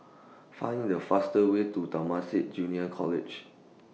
Find The fastest Way to Temasek Junior College